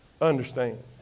understand